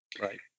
right